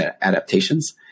adaptations